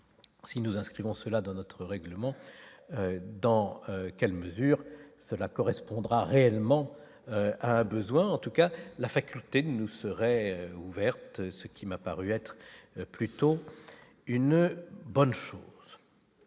si nous inscrivons cela dans notre règlement, dans quelle mesure cela correspondra réellement un besoin en tout cas la faculté nous serait ouverte, ce qui m'a paru être plutôt une bonne chose,